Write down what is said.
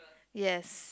yes